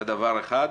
זה דבר אחד.